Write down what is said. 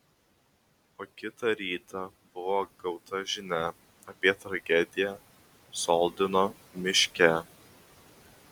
o kitą rytą buvo gauta žinia apie tragediją soldino miške